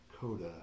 coda